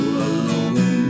alone